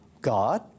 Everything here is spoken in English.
God